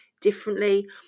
differently